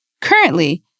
Currently